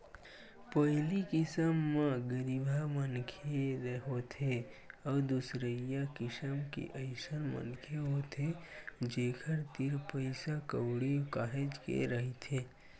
पहिली किसम म गरीबहा मनखे होथे अउ दूसरइया किसम के अइसन मनखे होथे जेखर तीर पइसा कउड़ी काहेच के रहिथे